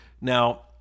now